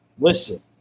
Listen